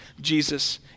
Jesus